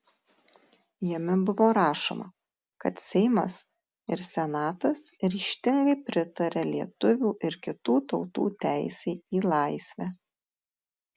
jame buvo rašoma kad seimas ir senatas ryžtingai pritaria lietuvių ir kitų tautų teisei į laisvę